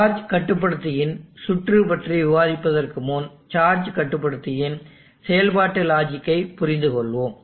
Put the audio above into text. charge கட்டுப்படுத்தியின் சுற்று பற்றி விவாதிப்பதற்கு முன் சார்ஜ் கட்டுப்படுத்தியின் செயல்பாட்டு லாஜிக்கை புரிந்துகொள்வோம்